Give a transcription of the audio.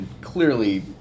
clearly